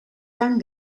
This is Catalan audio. tan